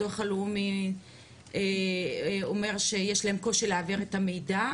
הביטוח הלאומי אומר שיש להם קושי להעביר את המידע,